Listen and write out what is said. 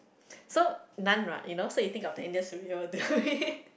so naan right you know so you think of the Indian people who made